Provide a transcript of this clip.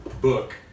book